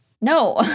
No